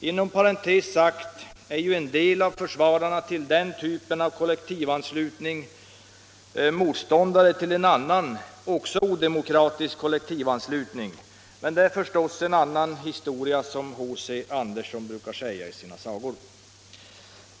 Inom parentes sagt är en del av försvararna till den typen av kollektivanslutning motståndare till en annan, också odemokratisk kollektivanslutning, men det är förstås en annan historia, som H.C. Andersen brukade säga i sina sagor.